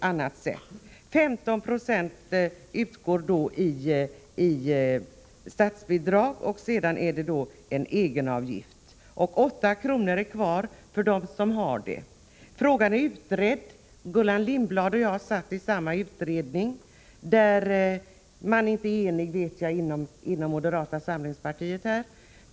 15 90 utgår i statsbidrag, och sedan är det en egenavgift. 8 kr. är kvar för dem som har rätt till försäkringen i dag. Frågan är utredd — Gullan Lindblad och jag satt i samma utredning. Jag vet att det inte råder enighet härvidlag inom moderata samlingspartiet.